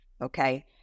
okay